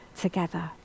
together